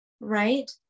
right